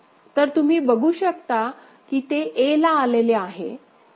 तर तुम्ही बघू शकता की ते a ला आलेले आहे